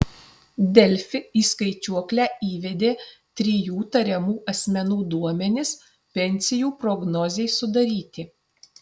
delfi į skaičiuoklę įvedė trijų tariamų asmenų duomenis pensijų prognozei sudaryti